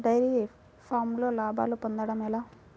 Dairy ఫామ్లో లాభాలు పొందడం ఎలా?